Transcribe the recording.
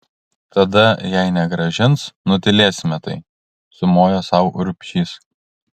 tada jei negrąžins nutylėsime tai sumojo sau urbšys